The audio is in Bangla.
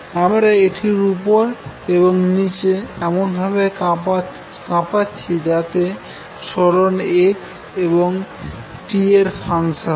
আমরা এটি উপর এবং নিচে এমন ভাবে কাঁপাছি যাতে সরন x এবং t এর ফাংশন হয়